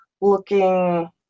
looking